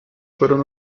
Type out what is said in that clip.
fueron